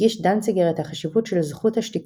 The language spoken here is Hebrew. הדגיש דנציגר את החשיבות של זכות השתיקה